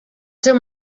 seu